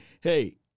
hey